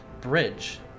bridge